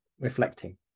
reflecting